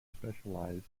specialized